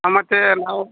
ಹಾಂ ಮತ್ತು ನಾವು